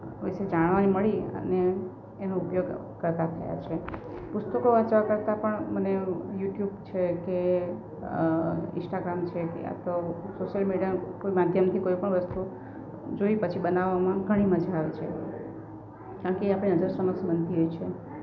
વિશે જાણવા એ મળી અને એનો ઉપયોગ કરતાં થયાં છે પુસ્તકો વાંચવા કરતાં પણ મને યુટ્યુબ છે કે ઇન્સ્ટાગ્રામ છે કે યા તો સોસિયલ મીડિયાના કોઈ માધ્યમથી કોઈપણ વસ્તુ જોઈ પછી બનાવામાં ઘણી મજા આવે છે કારણ કે એ આપડી નજર સમક્ષ બનતી હોય છે